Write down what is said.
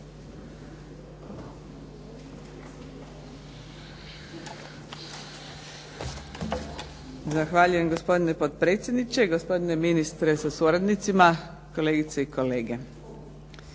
Zahvaljujem, gospodine potpredsjedniče. Gospodine ministre sa suradnicima. Kolegice i kolege.